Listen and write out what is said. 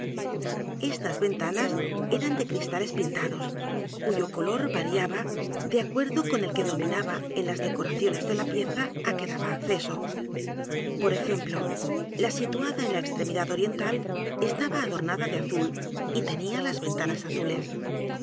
estas ventanas eran de cristales pintados cuyo color variaba dé acuerdo con el que dominaba en las decoraciones de la pieza á que daba acceso por ejemplo la situada en la extremidad oriental estaba adornada de azul y tenía las ventanas azules